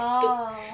orh